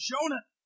Jonah